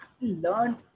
learned